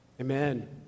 amen